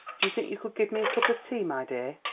do you think you could give me a cup of tea, my dear?